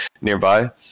nearby